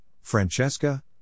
Francesca